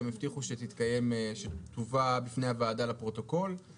שהם הבטיחו שהיא תתקיים ותובא בפני הוועדה לפרוטוקול.